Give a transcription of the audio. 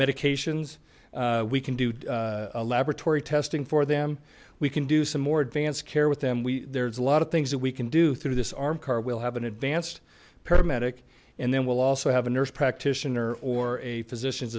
medications we can do laboratory testing for them we can do some more advanced care with them we there's a lot of things that we can do through this arm car we'll have an advanced paramedic and then we'll also have a nurse practitioner or a physician's